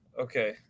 Okay